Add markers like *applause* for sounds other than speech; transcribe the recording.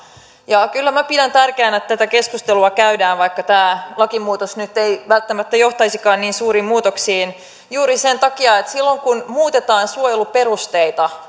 ja kyllä minä pidän tärkeänä että tätä keskustelua käydään vaikka tämä lakimuutos nyt ei välttämättä johtaisikaan niin suuriin muutoksiin juuri sen takia että silloin kun muutetaan suojeluperusteita *unintelligible*